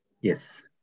Yes